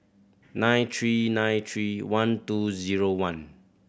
nine three nine three one two zero one